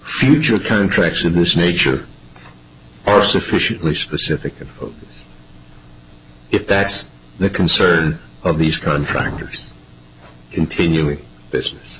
future contracts of this nature for sufficiently specific if that's the concern of these contractors continuing business